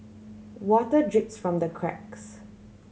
water drips from the cracks